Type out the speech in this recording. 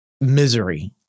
misery